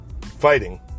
fighting